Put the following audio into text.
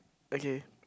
okay